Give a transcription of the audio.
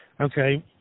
okay